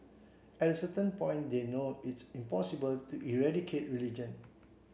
at a certain point they know it's impossible to eradicate religion